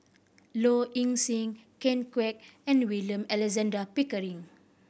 Low Ing Sing Ken Kwek and William Alexander Pickering